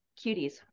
cuties